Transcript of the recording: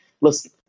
Listen